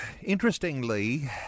Interestingly